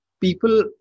people